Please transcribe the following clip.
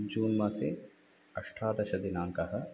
जून् मासे अष्टादशदिनाङ्कः